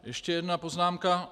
Ještě jedna poznámka.